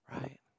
Right